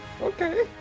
Okay